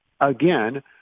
again